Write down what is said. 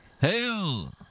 Hail